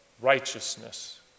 righteousness